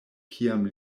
kiam